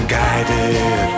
guided